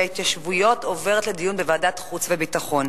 ההתיישבויות עובר לדיון בוועדת חוץ וביטחון.